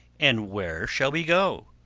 and where shall we go?